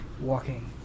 walking